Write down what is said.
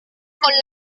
con